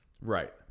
Right